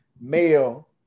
male